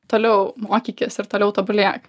toliau mokykis ir toliau tobulėk